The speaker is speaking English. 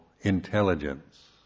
intelligence